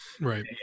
Right